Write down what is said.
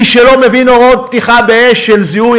מי שלא מבין הוראות פתיחה באש של זיהוי,